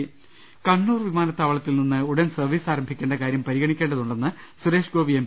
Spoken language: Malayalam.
് കണ്ണൂർ വിമാനത്താവളത്തിൽ നിന്ന് ഉഡാൻ സർവീസ് ആരംഭിക്കേണ്ട കാ ര്യം പരിഗണിക്കേണ്ടതുണ്ടെന്ന് സുരേഷ്ഗോപി എം